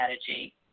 strategy